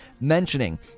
mentioning